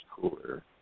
cooler